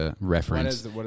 reference